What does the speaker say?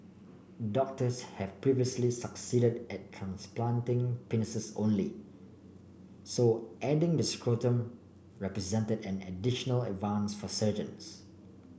doctors have previously succeeded at transplanting penises only so adding the scrotum represented an additional advance for surgeons